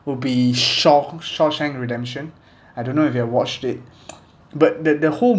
would be shaw~ shawshank redemption I don't know if you have watched it but the the whole